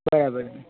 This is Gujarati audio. બરાબર છે